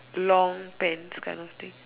long pants kind of thing